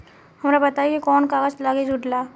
हमरा बताई कि कौन कागज लागी ऋण ला?